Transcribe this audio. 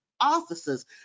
officers